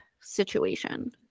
situation